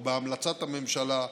ובהמלצת הממשלה,